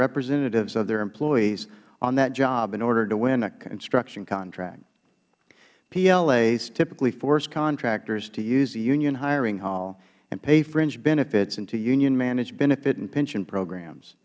representatives of their employees on that job in order to win a construction contract plas typically force contractors to use the union hiring hall and pay fringe benefits into unionmanaged benefit and pension